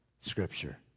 scripture